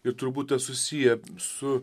ir turbūt tas susiję su